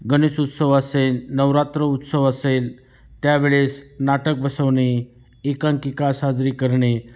गणेश उत्सव असेल नवरात्र उत्सव असेल त्यावेळेस नाटक बसवणे एकांकिका साजरी करणे